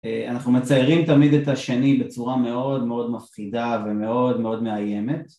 אנחנו מציירים תמיד את השני בצורה מאוד מאוד מפחידה ומאוד מאוד מאיימת